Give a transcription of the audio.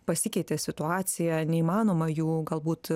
pasikeitė situacija neįmanoma jų galbūt